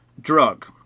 drug